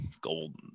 golden